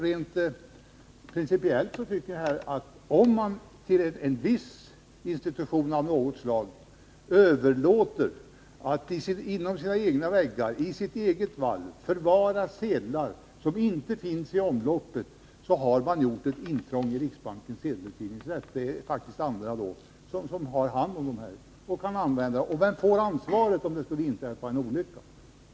Rent principiellt tycker jag att om man till en institution av något slag överlåter rätten att inom institutionens väggar, i dess eget valv, förvara sedlar som inte finns i omlopp, så har man gjort ett intrång i riksbankens sedelutgivningsrätt. Då blir det faktiskt andra som har hand om detta. Vem har ansvaret, om det skulle inträffa en olycka?